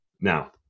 Now